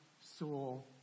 soul